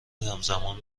همزمان